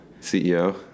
CEO